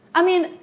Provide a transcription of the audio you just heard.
i mean,